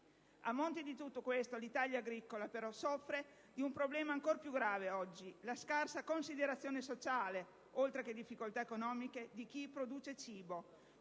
A monte di tutto questo, l'Italia agricola soffre oggi di un problema ancor più grave: la scarsa considerazione sociale, oltre alle difficoltà economiche di chi produce cibo.